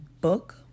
book